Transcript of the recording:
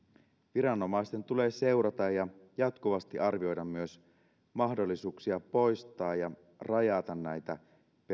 viranomaisten tulee seurata ja jatkuvasti arvioida myös mahdollisuuksia poistaa ja rajata näitä